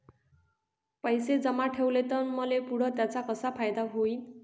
पैसे जमा ठेवले त मले पुढं त्याचा कसा फायदा होईन?